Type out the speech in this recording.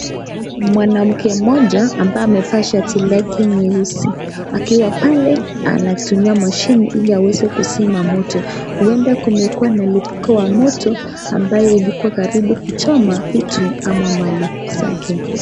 Mwanamke mmoja ambaye amevaa shati lake nyeusi akiwa pale anatumiya mashine ili aweze kuzima moto. Huenda kumekuwa na lipuko wa moto ambaye ilikuwa karibu kuchoma vitu ama mali zake.